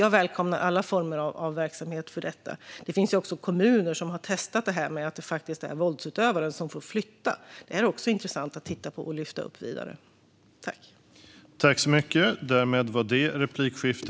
Jag välkomnar alla former av verksamhet för detta. Det finns också kommuner som har testat detta med att det är våldsutövaren som får flytta. Det är också intressant att titta på det och att lyfta upp det vidare.